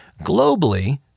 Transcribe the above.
globally